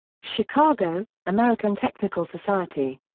chicago american technical society.